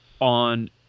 on